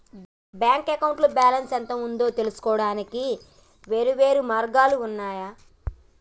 bank అకౌంట్లో balance ఎంత ఉందో తెలుసుకోవడానికి వేర్వేరు మార్గాలు ఉన్నయి